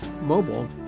mobile